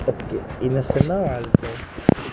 okay innocent ah வாழ்க்க:vaalkka